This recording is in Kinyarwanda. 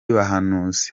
bahanuzi